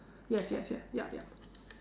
yes yes yes yup yup